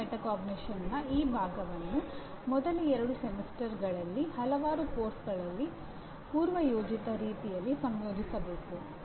ಸೂಚನಾ ಮೆಟಾಕಾಗ್ನಿಷನ್ನ ಈ ಭಾಗವನ್ನು ಮೊದಲ ಮತ್ತು ಎರಡನೆಯ ಸೆಮಿಸ್ಟರ್ಗಳಲ್ಲಿ ಹಲವಾರು ಪಠ್ಯಕ್ರಮಗಳಲ್ಲಿ ಪೂರ್ವಯೋಜಿತ ರೀತಿಯಲ್ಲಿ ಸಂಯೋಜಿಸಬೇಕು